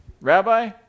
Rabbi